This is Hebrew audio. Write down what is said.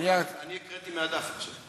אני הקראתי מהדף עכשיו.